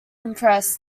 impressed